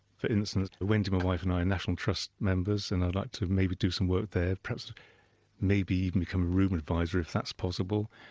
for instance wendy, my wife, and i are national trust members and i'd like to maybe do some work there, perhaps maybe even become a room advisor if that's possible.